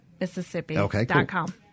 Mississippi.com